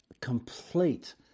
complete